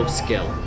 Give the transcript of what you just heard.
skill